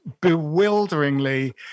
bewilderingly